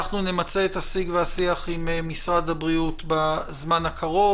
אנחנו נמצה את השיג והשיח עם משרד הבריאות בזמן הקרוב.